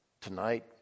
Tonight